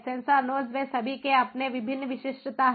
sensor nodes वे सभी के अपने विभिन्न विशिष्टता हैं